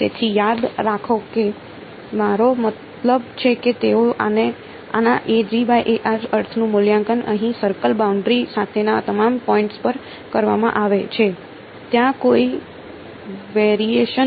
તેથી યાદ રાખો કે મારો મતલબ છે કે તેઓ આના અર્થનું મૂલ્યાંકન અહીં સર્કલ બાઉન્ડરી સાથેના તમામ પોઇન્ટ્સ પર કરવામાં આવે છે ત્યાં કોઈ વેરિયેશન નથી